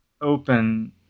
open